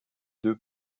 deux